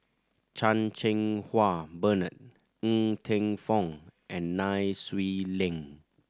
Chan Cheng Wah Bernard Ng Teng Fong and Nai Swee Leng